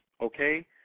okay